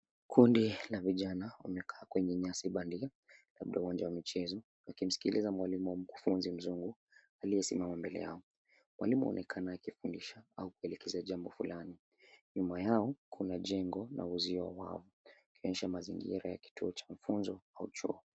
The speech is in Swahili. Kundi la vijana wamekaa kwenye nyasi bandia, kando ya uwanja wa michezo wakimsikiliza mwalimu wa mkufunzi mzungU, aliye simama mbele yao. Mwalimu aonekana akifundisha au kuelekeza jambo fulani, nyuma yao kuna jengo la uzio wao ikionyesha mazingira ya kituo cha mafunzo au chuo.